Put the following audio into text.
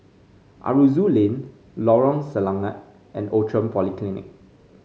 Aroozoo Lane Lorong Selangat and Outram Polyclinic